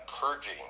purging